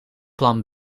plan